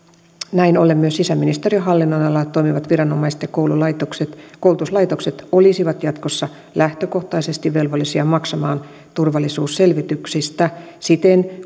näin ollen myös sisäministeriön hallinnonalalla toimivat viranomaiset ja koulutuslaitokset koulutuslaitokset olisivat jatkossa lähtökohtaisesti velvollisia maksamaan turvallisuusselvityksistä siten